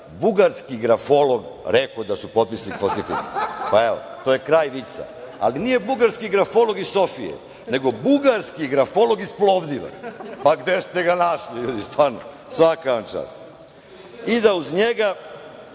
bugarski grafolog rekao da su potpisi falsifikovani. Evo, to je kraj vica. Nije bugarski grafolog iz Sofije, nego bugarski grafolog iz Plovdiva. Gde ste ga našli, ljudi, stvarno? Svaka vam čast. Onda i da uz njega